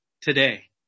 today